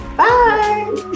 bye